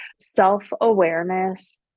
Self-awareness